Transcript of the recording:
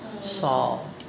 Saul